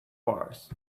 farce